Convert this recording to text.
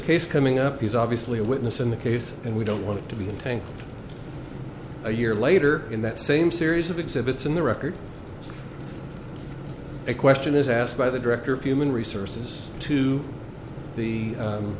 case coming up he's obviously a witness in the case and we don't want to be the tank a year later in that same series of exhibits in the record a question is asked by the director of human resources to the